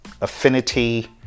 affinity